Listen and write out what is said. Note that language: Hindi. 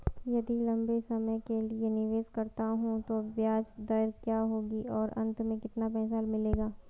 यदि लंबे समय के लिए निवेश करता हूँ तो ब्याज दर क्या होगी और अंत में कितना पैसा मिलेगा?